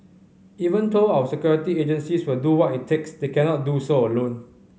even though our security agencies will do what it takes they cannot do so alone